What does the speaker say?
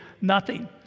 nothing